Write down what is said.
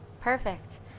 Perfect